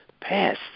passed